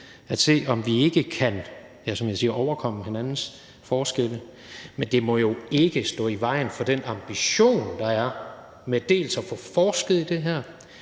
ja, som jeg siger, overkomme hinandens forskelle. Men det må jo ikke stå i vejen for den ambition, der er med dels at få forsket i det her,